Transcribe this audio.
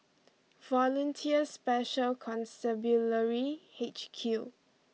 Volunteer Special Constabulary H Q